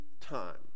time